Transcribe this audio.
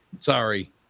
Sorry